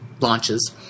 launches